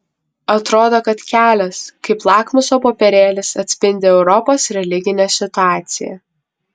atrodo kad kelias kaip lakmuso popierėlis atspindi europos religinę situaciją